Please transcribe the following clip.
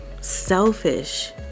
Selfish